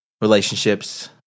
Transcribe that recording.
relationships